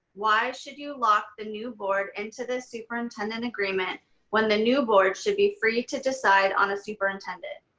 why should you lock the new board into the superintendent agreement when the new board should be free to decide on a superintendent.